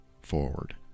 forward